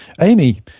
Amy